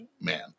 man